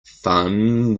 fun